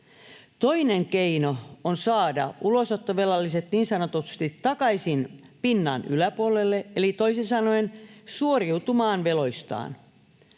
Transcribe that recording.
Toinen keino on saada ulosottovelalliset niin sanotusti takaisin pinnan yläpuolelle eli toisin sanoen suoriutumaan veloistaan.